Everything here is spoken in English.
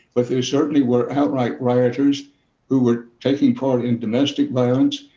but there certainly were outright rioters who were taking part in domestic violence,